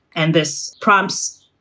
and this prompts,